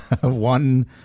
one